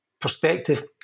perspective